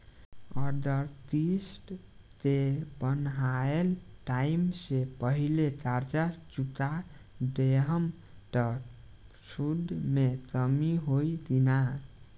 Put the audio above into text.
अगर किश्त के बनहाएल टाइम से पहिले कर्जा चुका दहम त सूद मे कमी होई की ना?